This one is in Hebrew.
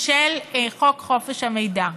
של חוק חופש המידע.